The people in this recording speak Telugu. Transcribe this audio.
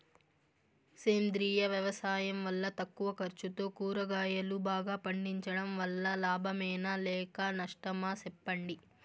సేంద్రియ వ్యవసాయం వల్ల తక్కువ ఖర్చుతో కూరగాయలు బాగా పండించడం వల్ల లాభమేనా లేక నష్టమా సెప్పండి